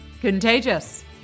contagious